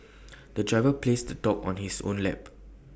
the driver placed the dog on his own lap